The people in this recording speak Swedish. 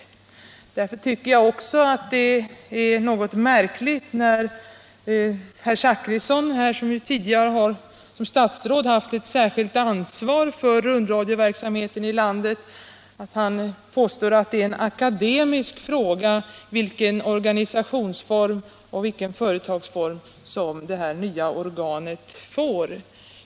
Onsdagen den Därför finner jag det något märkligt när herr Zachrisson, som tidigare 8 december 1976 som statsråd har haft ett särskilt ansvar för rundradioverksamheten i - landet, gör gällande att det är en akademisk fråga vilken organisations Radio och television form och vilken ställning som detta nya organ får.